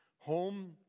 home